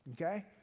Okay